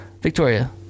Victoria